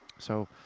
so.